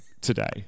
today